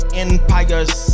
empires